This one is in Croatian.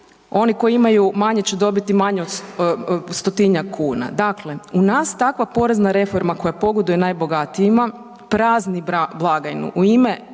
Oni koji imaju manje će dobiti manje, stotinjak kuna. Dakle, u nas takva porezna reforma koja pogoduje najbogatijima prazni blagajnu u ime